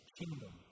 kingdom